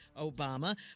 Obama